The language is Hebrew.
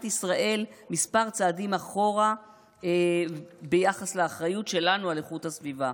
ישראל כמה צעדים אחורה ביחס לאחריות שלנו על איכות הסביבה.